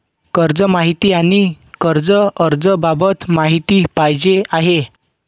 कर्ज माहिती आणि कर्ज अर्ज बाबत माहिती पाहिजे आहे